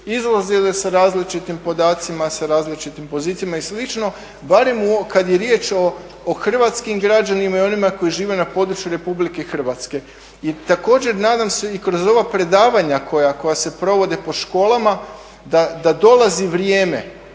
izlazile sa različitim podacima, sa različitim pozicijama i slično, barem kad je riječ o hrvatskim građanima i onima koji žive na području RH. I također nadam se i kroz ova predavanja koja se provode po školama da dolazi vrijeme